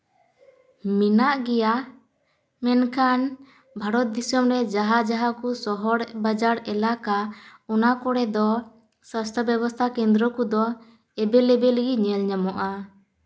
ᱢᱤᱱᱟᱜ ᱜᱮᱭᱟ ᱢᱮᱱᱠᱷᱟᱱ ᱵᱷᱟᱨᱚᱛ ᱫᱤᱥᱚᱢ ᱨᱮ ᱡᱟᱦᱟᱸ ᱡᱟᱦᱟᱸ ᱠᱚ ᱥᱚᱦᱚᱨ ᱵᱟᱡᱟᱨ ᱮᱞᱟᱠᱟ ᱚᱱᱟ ᱠᱚᱨᱮ ᱫᱚ ᱥᱟᱥᱛᱷᱚ ᱵᱮᱵᱚᱥᱛᱷᱟ ᱠᱮᱱᱫᱨᱚ ᱠᱚᱫᱚ ᱮᱵᱮᱞᱮᱵᱮᱞ ᱜᱮ ᱧᱮᱞ ᱧᱟᱢᱚᱜᱟ